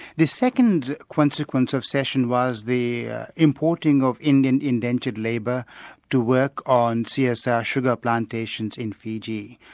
the second consequence of session was the importing of indian indented labour to work on csr sugar plantations in fiji.